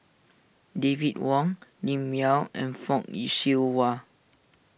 David Wong Lim Yau and Fock Yi Siew Wah